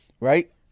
Right